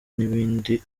n’ibindi